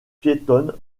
piétonne